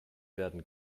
werden